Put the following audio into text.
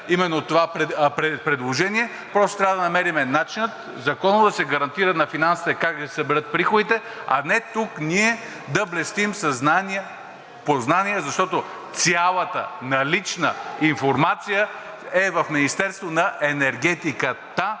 именно това предложение. Просто трябва да намерим начина законово да се гарантира на Финансите как да си съберат приходите, а не тук да блестим със знания, познания, защото цялата налична информация е в Министерството на енергетиката